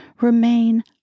Remain